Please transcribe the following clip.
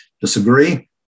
disagree